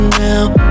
now